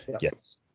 Yes